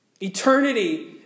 Eternity